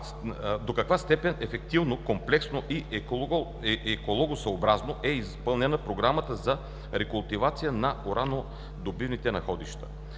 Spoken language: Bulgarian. до каква степен ефективно, комплексно и екологосъобразно е изпълнена програмата за рекултивация на уранодобивните находища.